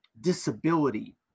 disability